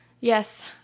yes